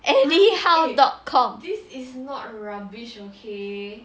anyhow dot com